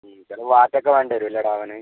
ചിലപ്പം വാറ്റ് ഒക്കെ വേണ്ടി വരുമല്ലേടാ അവന്